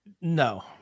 no